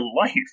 life